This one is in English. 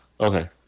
Okay